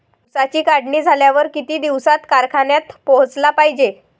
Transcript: ऊसाची काढणी झाल्यावर किती दिवसात कारखान्यात पोहोचला पायजे?